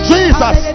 Jesus